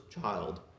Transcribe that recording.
child